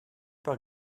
par